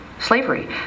Slavery